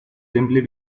simply